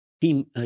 Team